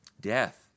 Death